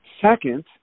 Second